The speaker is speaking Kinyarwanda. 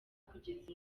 kugeza